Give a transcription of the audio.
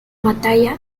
batalla